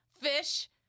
fish